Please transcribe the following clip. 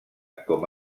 com